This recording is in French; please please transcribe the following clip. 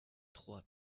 trois